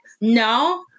No